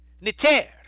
Niter